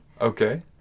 Okay